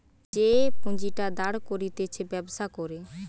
যে পুঁজিটা দাঁড় করতিছে ব্যবসা করে